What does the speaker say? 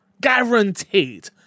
Guaranteed